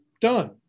done